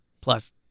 plus